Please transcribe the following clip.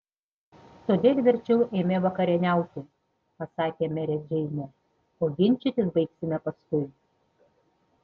todėl verčiau eime vakarieniauti pasakė merė džeinė o ginčytis baigsime paskui